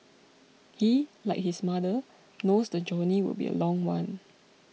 he like his mother knows the journey will be a long one